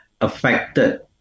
affected